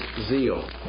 zeal